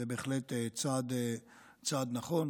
זה בהחלט צעד נכון.